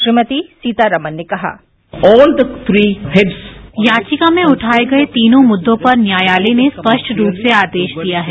श्रीमती सीतारामन ने कहा याचिका में उठाये गए तीनों मुद्दों पर न्यायालय ने स्पष्ट रूप से आदेश दिया है